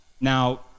Now